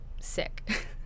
sick